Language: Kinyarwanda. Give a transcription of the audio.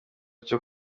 cyo